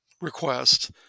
request